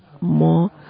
more